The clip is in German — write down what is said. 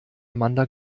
amanda